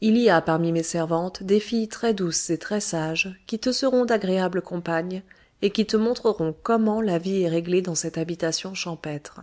il y a parmi mes servantes des filles très douces et très sages qui te seront d'agréables compagnes et qui te montreront comment la vie est réglée dans cette habitation champêtre